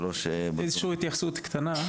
איזושהי התייחסות קטנה.